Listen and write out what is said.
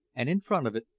and in front of it,